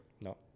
No